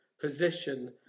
position